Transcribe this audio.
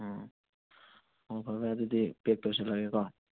ꯎꯝ ꯑꯣ ꯐꯔꯦ ꯐꯔꯦ ꯑꯗꯨꯗꯤ ꯄꯦꯛ ꯇꯧꯁꯜꯂꯒꯦꯀꯣ